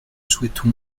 souhaitons